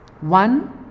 One